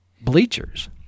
bleachers